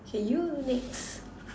K you next